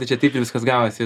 tai čia taip ir viskas gavosi